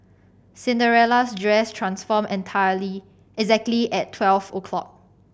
Cinderella's dress transformed entirely exactly at twelve o'clock